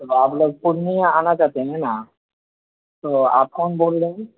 تو آپ لوگ پورنیہ آنا چاہتے ہیں ہے نا تو آپ کون بول رہے ہیں